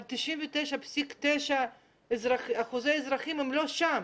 אבל 99.9% מהאזרחים לא שם.